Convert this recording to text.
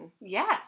Yes